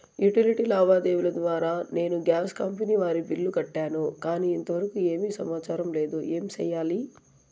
Utility లావాదేవీల ద్వారా నేను గ్యాస్ కంపెని వారి బిల్లు కట్టాను కానీ ఇంతవరకు ఏమి సమాచారం లేదు, ఏమి సెయ్యాలి?